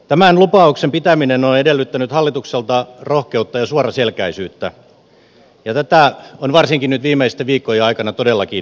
tämän lupauksen pitäminen on edellyttänyt hallitukselta rohkeutta ja suoraselkäisyyttä ja tätä on varsinkin nyt viimeisten viikkojen aikana todellakin nähty